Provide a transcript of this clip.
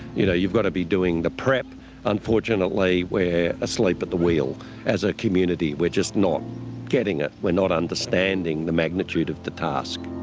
you know you've got to be doing the prep unfortunately we're asleep at the wheel as a community we're just not getting it. we're not understanding the magnitude of the task.